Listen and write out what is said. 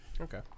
Okay